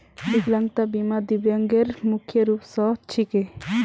विकलांगता बीमा दिव्यांगेर मुख्य रूप स छिके